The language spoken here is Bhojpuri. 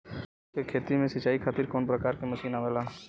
फूलो के खेती में सीचाई खातीर कवन प्रकार के मशीन आवेला?